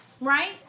right